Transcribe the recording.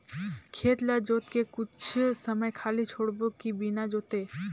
खेत ल जोत के कुछ समय खाली छोड़बो कि बिना जोते?